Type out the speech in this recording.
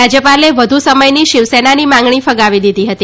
રાજ્યપાલે વધુ સમયની શિવસેનાની માંગણી ફગાવી દીધી હતી